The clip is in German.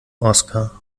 oskar